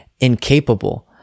incapable